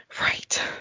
Right